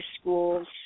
schools